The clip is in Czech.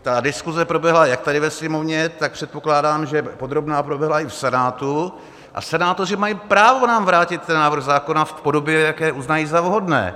Ta diskuse proběhla jak tady ve Sněmovně, tak předpokládám, že podrobná proběhla i v Senátu, a senátoři mají právo nám vrátit ten návrh zákona v podobě, v jaké uznají za vhodné.